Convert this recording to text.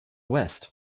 west